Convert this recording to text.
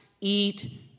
eat